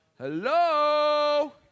Hello